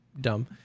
dumb